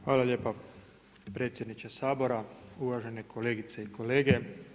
Hvala lijepa predsjedniče Sabora, uvažene kolegice i kolege.